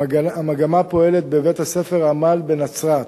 המגמה פועלת בבית-הספר "עמל" בנצרת,